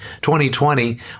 2020